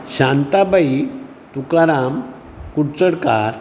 शांताबाई तुकाराम कुडचडकार